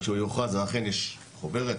כשהוא יוכרז אכן יש חוברת,